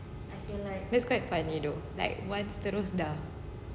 that's quite funny though like once terus dah